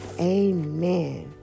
Amen